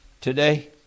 today